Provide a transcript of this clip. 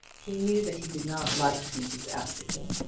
he knew that he did not like mrs. askerton,